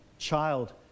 child